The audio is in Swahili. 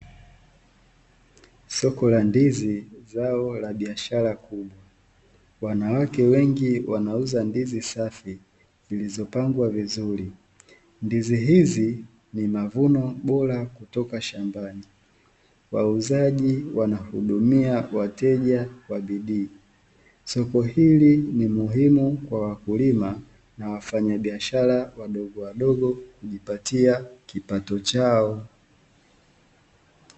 Soko la ndizi, zao la biashara kubwa, wanawake wengi wanauza ndizi safi zilizopangwa vizuri. Ndizi hizi ni mavuno bora kutoka shambani , wauzaji wanahudumia wateja kwa bidii, soko hili ni muhimu kwa wakulima na wafanya biashara wadogo wadogo kujipatia kipato chao.